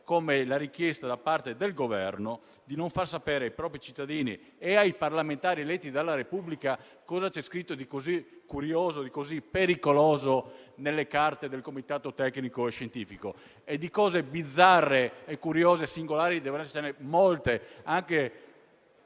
come la richiesta da parte del Governo di non far sapere ai propri cittadini e ai parlamentari eletti dalla Repubblica cosa c'è scritto di così curioso e di così pericoloso nelle carte del Comitato tecnico-scientifico. Di cose bizzarre, curiose e singolari ce ne devono essere molte,